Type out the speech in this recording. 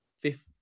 fifth